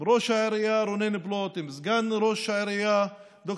עם ראש העירייה רונן פלוט,